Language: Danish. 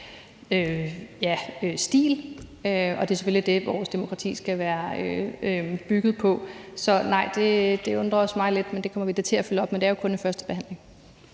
og det er selvfølgelig det, vores demokrati skal være bygget på. Så nej, det undrer også mig lidt, men det kommer vi da til at følge op på. Det er jo kun en første behandling.